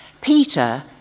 Peter